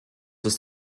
ist